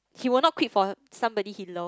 he will not quit for somebody he love